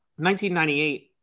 1998